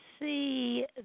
see